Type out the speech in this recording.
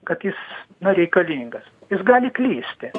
kad jis na reikalingas jis gali klysti